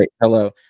hello